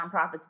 nonprofits